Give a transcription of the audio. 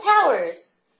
powers